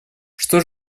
что